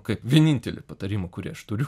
kaip vienintelį patarimą kurį aš turiu